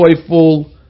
joyful